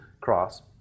cross